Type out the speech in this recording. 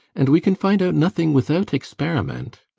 and we can find out nothing without experiment.